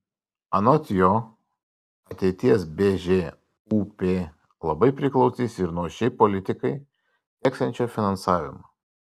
anot jo ateities bžūp labai priklausys ir nuo šiai politikai teksiančio finansavimo